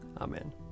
Amen